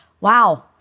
Wow